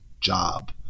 job